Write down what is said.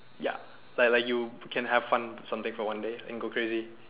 ya like like you can have fun something for one day and go crazy